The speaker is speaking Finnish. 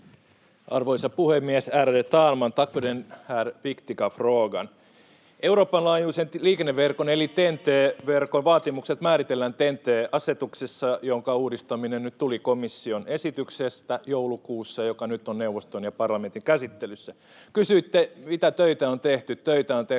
för den här viktiga frågan. Euroopanlaajuisen liikenneverkon eli TEN-T-verkon vaatimukset määritellään TEN-T-asetuksessa, jonka uudistaminen tuli komission esityksestä joulukuussa ja joka nyt on neuvoston ja parlamentin käsittelyssä. Kysyitte, mitä töitä on tehty.